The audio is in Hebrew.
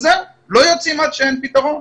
וזהו, לא יוצאים אם אין פתרון.